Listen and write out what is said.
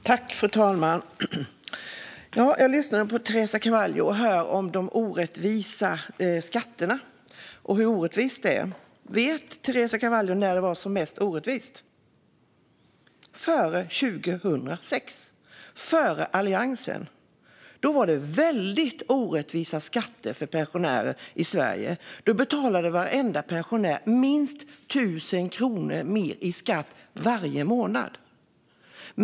Fru talman! Jag lyssnade på Teresa Carvalho och hörde om de orättvisa skatterna. Vet Teresa Carvalho när det var som mest orättvist? Det var det före 2006, före Alliansen. Då var det väldigt orättvisa skatter för pensionärer i Sverige. Då betalade varenda pensionär minst 1 000 kronor mer i skatt varje månad.